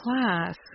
class